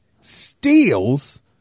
steals